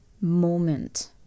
moment